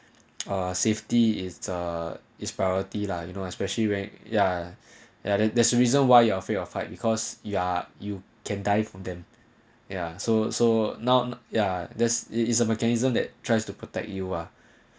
ah safety is uh his priority lah you know especially when ya ya then there's a reason why you are afraid of height because are you can die from them ya so so now ya this is a mechanism that tries to protect you ah